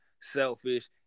selfish